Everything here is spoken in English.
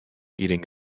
eating